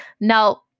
Now